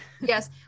yes